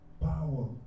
power